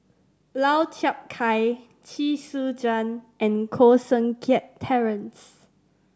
Lau Chiap Khai Chee Soon Juan and Koh Seng Kiat Terence